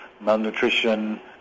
malnutrition